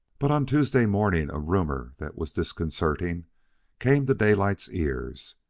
but on tuesday morning a rumor that was disconcerting came to daylight's ears.